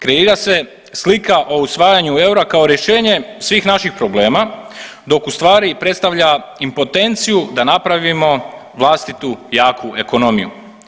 Kreira se slika o usvajanju eura kao rješenje svih naših problema dok u stvari predstavlja impotenciju da napravimo vlastitu jaku ekonomiju.